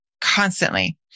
Constantly